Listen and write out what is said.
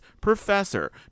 professor